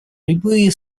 любые